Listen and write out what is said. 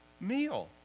meal